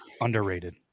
underrated